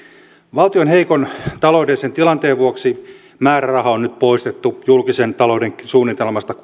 valtion heikon taloudellisen tilanteen vuoksi määräraha on nyt poistettu julkisen talouden suunnitelmasta